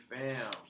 fam